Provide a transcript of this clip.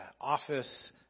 office